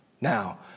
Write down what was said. Now